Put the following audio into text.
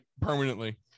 permanently